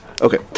Okay